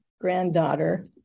granddaughter